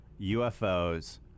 UFOs